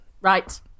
Right